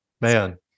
man